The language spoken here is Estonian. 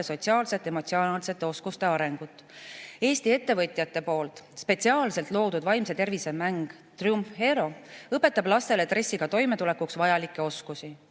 sotsiaalsete ja emotsionaalsete oskuste arengut. Eesti ettevõtjate poolt spetsiaalselt loodud vaimse tervise mäng Triumf Hero õpetab lastele stressiga toimetulekuks vajalikke oskusi.